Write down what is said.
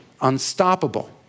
unstoppable